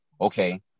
Okay